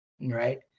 right